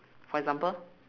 for example